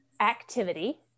activity